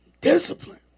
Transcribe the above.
discipline